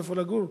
איפה לגור.